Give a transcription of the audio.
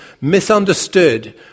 misunderstood